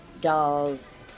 Dolls